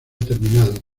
terminado